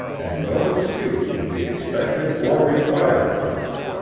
and no excuse would be expected or required from them.